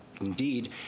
Indeed